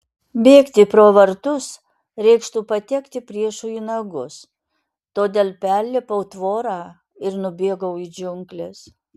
bėgti pro vartus reikštų patekti priešui į nagus todėl perlipau tvorą ir nubėgau į džiungles